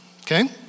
okay